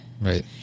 right